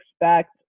expect